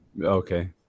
Okay